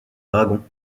dragons